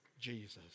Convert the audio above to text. Jesus